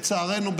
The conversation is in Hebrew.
לצערנו,